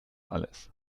alles